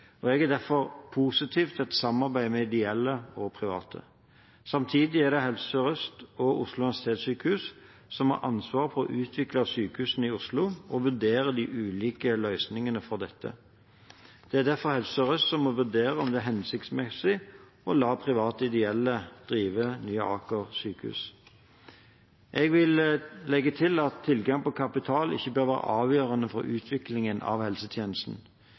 og jeg er derfor positiv til samarbeid med ideelle og private. Samtidig er det Helse Sør-Øst og Oslo universitetssykehus som har ansvaret for å utvikle sykehusene i Oslo og for å vurdere de ulike løsningene for dette. Det er derfor Helse Sør-Øst som må vurdere om det er hensiktsmessig å la private ideelle drive nye Aker sykehus. Jeg vil legge til at tilgang på kapital ikke bør være avgjørende for utviklingen av helsetjenesten.